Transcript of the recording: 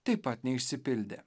taip pat neišsipildė